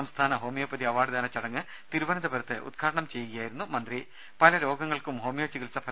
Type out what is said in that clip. സംസ്ഥാന homoeopathy award ദാന ചടങ്ങ് തിരുവനന്തപുരത്ത് ഉദ്ഘാടനം ചെയ്ത് സംസാരിക്കുകയായിരുന്നു പല രോഗങ്ങൾക്കും ഹോമിയോ ചികിത്സ മന്ത്രി